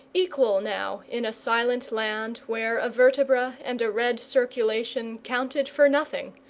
equal now in a silent land where a vertebra and a red circulation counted for nothing,